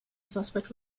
suspect